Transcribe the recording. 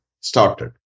started